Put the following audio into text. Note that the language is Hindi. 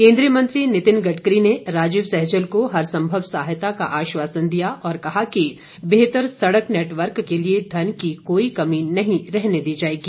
केंद्रीय मंत्री नितिन गडकरी ने राजीव सहजल को हर संभव सहायता का आश्वासन दिया और कहा कि बेहतर सड़क नेटवर्क के लिए धन की कोई कमी नहीं रहने दी जाएगी